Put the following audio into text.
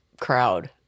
crowd